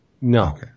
No